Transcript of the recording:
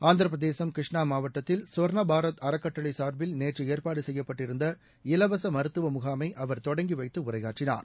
ஆந்திர பிரசேதம் கிருஷ்ணா மாவட்டத்தில் சொர்ண பாரத் அறக்கட்டளை சார்பில் நேற்று ஏற்பாடு செய்யப்பட்டிருந்த இலவச மருத்துவ முகாமை அவர் தொடங்கி வைத்து உரையாற்றினார்